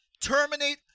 terminate